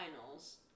Finals